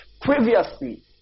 Previously